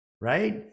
right